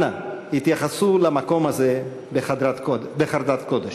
אנא התייחסו למקום הזה בחרדת קודש.